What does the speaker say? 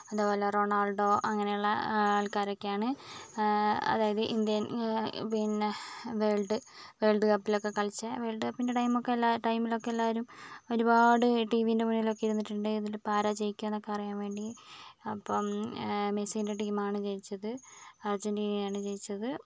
അത്പോലെ റൊണാൾഡോ അങ്ങനെയുള്ള ആൾക്കാരൊക്കെയാണ് അതായത് ഇന്ത്യൻ പിന്നെ വേൾഡ് വേൾഡ് കപ്പിൽ ഒക്കെ കളിച്ച വേൾഡ് കപ്പിന്റെ ടൈം ഒക്കെ എല്ലാ ടൈമിലൊക്കെ എല്ലാവരും ഒരുപാട് ടി വിന്റെ മുന്നിലൊക്കെ ഇരുന്നിട്ടുണ്ട് ഇതിലിപ്പോൾ ആരാ ജയിക്കാന്നൊക്കെ അറിയാൻ വേണ്ടി അപ്പം മെസ്സിന്റെ ടീം ആണ് ജയിച്ചത് അർജന്റീന ആണ് ജയിച്ചത്